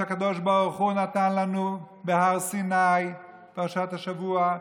שהקדוש ברוך הוא נתן לנו בהר סיני פרשת השבוע.